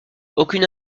aucune